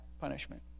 punishment